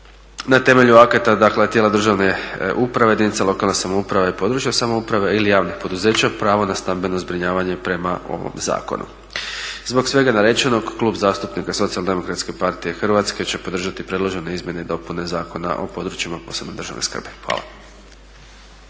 na temelju akata, dakle tijela državne uprave, jedinica lokalne samouprave i područne samouprave ili javnih poduzeća pravo na stambeno zbrinjavanje prema ovom zakonu. Zbog svega navedenog Klub zastupnika Socijal-demokratske partije Hrvatske će podržati predložene izmjene i dopune Zakona o područjima od posebne državne skrbi. Hvala.